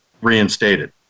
reinstated